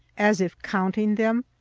as if counting them,